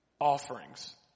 offerings